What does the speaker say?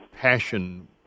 passion